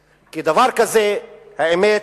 כי דבר כזה, האמת,